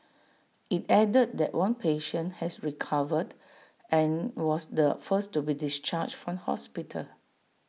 IT added that one patient has recovered and was the first to be discharged from hospital